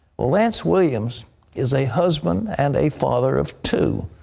lance williams is a husband and a father of two.